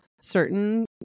certain